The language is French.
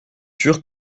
sûr